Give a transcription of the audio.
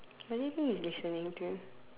what do you think he's listening to